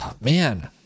man